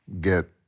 get